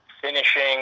finishing